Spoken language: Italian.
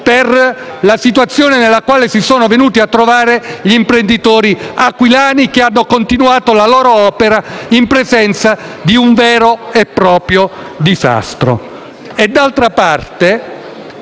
per la situazione nella quale si sono venuti a trovare gli imprenditori aquilani, che hanno portato avanti la propria attività in presenza di un vero e proprio disastro.